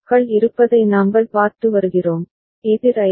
க்கள் இருப்பதை நாங்கள் பார்த்து வருகிறோம் எதிர் ஐ